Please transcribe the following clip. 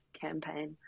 campaign